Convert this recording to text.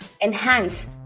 enhance